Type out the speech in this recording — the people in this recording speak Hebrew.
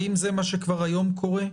האם זה מה שכבר קורה היום?